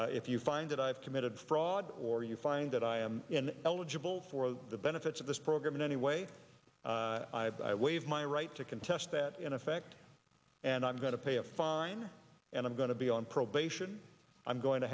if you find that i've committed fraud or you find that i am an eligible for the benefits of this program in any way i waive my right to contest that in effect and i'm going to pay a fine and i'm going to be on probation i'm going to